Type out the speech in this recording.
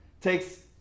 takes